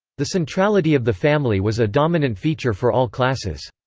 the centrality of the family was a dominant feature for all classes.